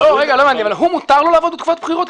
אבל לא הבנתי, מותר לו לעבוד בתקופת בחירות?